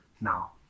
now